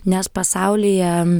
nes pasaulyje